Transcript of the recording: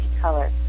color